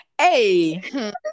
Hey